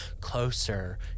closer